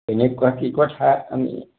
কেনেকুৱা কি কথা আমি